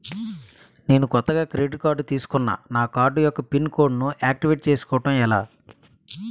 నేను కొత్తగా credit card తిస్కున్నా నా కార్డ్ యెక్క పిన్ కోడ్ ను ఆక్టివేట్ చేసుకోవటం ఎలా?